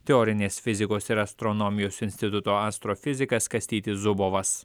teorinės fizikos ir astronomijos instituto astrofizikas kastytis zubovas